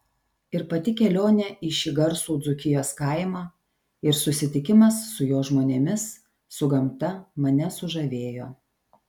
ir pati kelionė į šį garsų dzūkijos kaimą ir susitikimas su jo žmonėmis su gamta mane sužavėjo